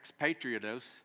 expatriados